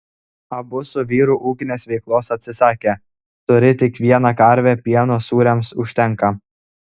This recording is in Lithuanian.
abu su vyru ūkinės veiklos atsisakė turi tik vieną karvę pieno sūriams užtenka